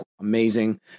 amazing